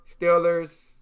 Steelers